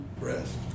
rest